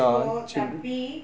so tapi